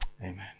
Amen